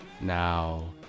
Now